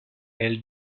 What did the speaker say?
elles